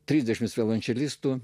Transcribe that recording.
trisdešimt violončelistų